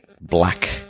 black